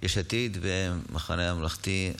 של יש עתיד והמחנה הממלכתי,